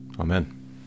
Amen